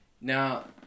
Now